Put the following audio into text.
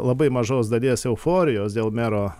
labai mažos dalies euforijos dėl mero